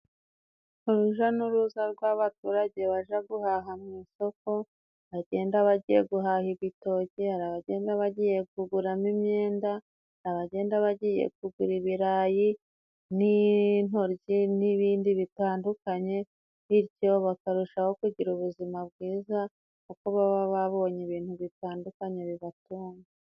Uruja n'uruza rw'abaturage baje guhaha mu isoko, bagenda bagiye guhaha ibitoke, hari abagenda bagiye kuguramo imyenda, abagenda bagiye kugura ibirayi n'intoryi n'ibindi bitandukanye, bityo bakarushaho kugira ubuzima bwiza kuko baba babonye ibintu bitandukanye bibatunga.